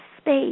space